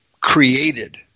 created